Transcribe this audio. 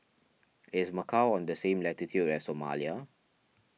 is Macau on the same latitude as Somalia